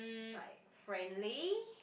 like friendly